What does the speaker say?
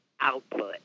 output